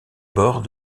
bords